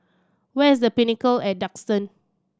where is The Pinnacle at Duxton